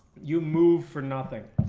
you move for nothing